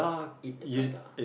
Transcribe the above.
eat the prata